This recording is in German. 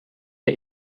der